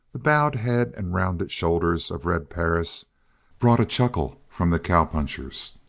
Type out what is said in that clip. the bowed head and rounded shoulders of red perris brought a chuckle from the cowpunchers.